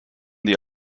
die